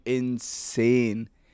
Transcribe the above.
insane